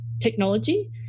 technology